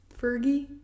Fergie